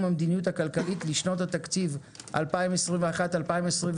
המדיניות הכלכלית לשנות התקציב 2021 ו-2022),